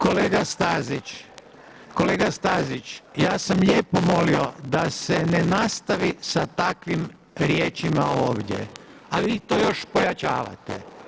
Kolega Stazić, kolega Stazić ja sam lijepo molio da se ne nastavi sa takvim riječima ovdje, a vi to još pojačavate.